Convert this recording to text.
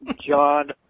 John